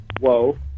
Whoa